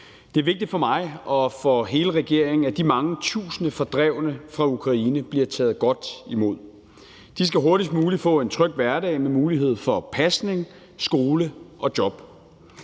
Det er vigtigt for mig og for hele regeringen, at der bliver taget godt imod de mange tusinde fordrevne fra Ukraine. De skal hurtigst muligt få en tryg hverdag med mulighed for pasning, skole og job.